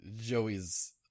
Joey's